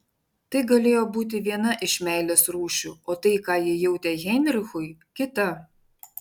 tai galėjo būti viena iš meilės rūšių o tai ką ji jautė heinrichui kita